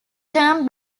term